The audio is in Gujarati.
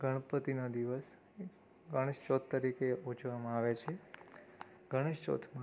ગણપતિનો દિવસ ગણેશ ચોથ તરીકે ઉજવવામાં આવે છે ગણેશ ચોથમાં